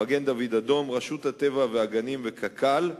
מגן-דוד-אדום, רשות הטבע והגנים וקק"ל.